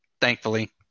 thankfully